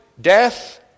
death